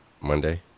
Monday